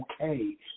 okay